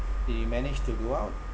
do you manage to go out